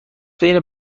بین